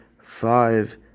five